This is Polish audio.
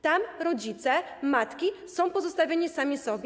Tam rodzice, matki są pozostawieni sami sobie.